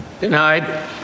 Denied